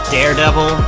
Daredevil